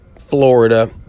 Florida